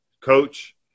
coach